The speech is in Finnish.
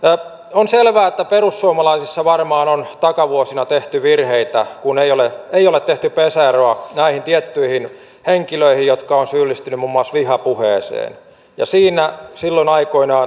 on selvää että perussuomalaisissa varmaan on takavuosina tehty virheitä kun ei ole tehty pesäeroa näihin tiettyihin henkilöihin jotka ovat syyllistyneet muun muassa vihapuheeseen siinä silloin aikoinaan